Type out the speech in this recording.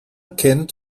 kennt